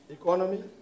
Economy